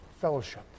fellowship